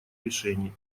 решений